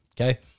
okay